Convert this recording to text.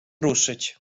ruszyć